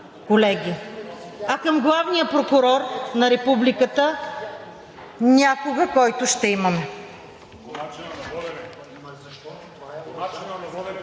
колеги, а към главния прокурор на Републиката някога, който ще имаме.